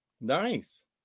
nice